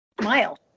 mile